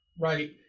right